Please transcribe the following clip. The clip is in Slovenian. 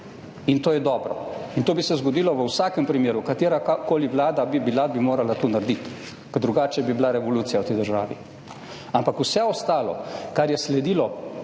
In to je dobro. In to bi se zgodilo v vsakem primeru katerakoli Vlada bi bila, bi morala to narediti, ker drugače bi bila revolucija v tej državi. Ampak vse ostalo, kar je sledilo